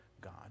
God